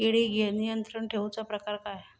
किडिक नियंत्रण ठेवुचा प्रकार काय?